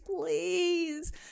please